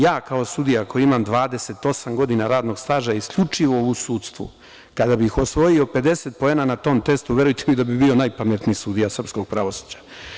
Ja kao sudija koji imam 28 godina radnog staža isključivo u sudstvu, kada bih osvojio 50 poena na tom testu, verujte da bih bio najpametniji sudija srpskog pravosuđa.